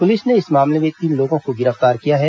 police ने इस मामले में तीन लोगों को गिरफ्तार किया है